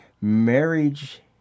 marriage